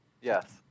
Yes